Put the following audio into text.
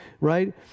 right